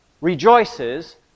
rejoices